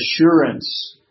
assurance